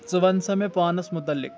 ژٕ وَن سا مےٚ پانَس متعلق